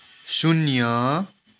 शून्य